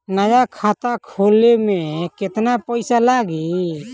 नया खाता खोले मे केतना पईसा लागि?